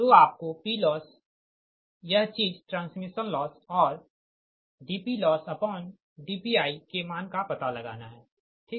तो आपको PLoss यह चीज ट्रांसमिशन लॉस और dPLossdPi के मान का पता लगाना है ठीक